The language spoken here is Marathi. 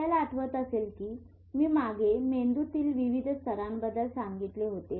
आपल्याला आठवत असेल कि मी मागे मेंदूतील विविध स्तरांबद्दल सांगितले होते